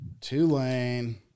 Tulane